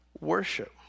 Worship